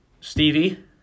Stevie